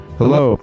hello